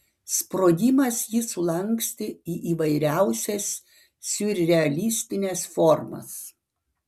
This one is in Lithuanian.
sprogimas jį sulankstė į įvairiausias siurrealistines formas